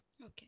Okay